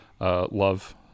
Love